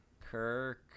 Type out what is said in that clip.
Kirk